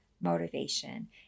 motivation